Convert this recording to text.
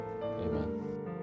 Amen